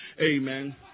Amen